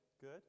good